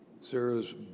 Sarah's